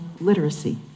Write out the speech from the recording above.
literacy